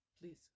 please